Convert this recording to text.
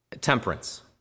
temperance